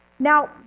Now